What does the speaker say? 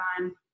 on